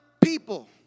people